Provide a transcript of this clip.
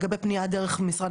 אתם יכולים לעשות את זה גם היום,